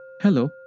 Hello